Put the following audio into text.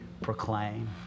proclaim